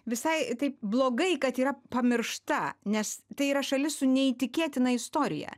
visai taip blogai kad yra pamiršta nes tai yra šalis su neįtikėtina istorija